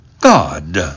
God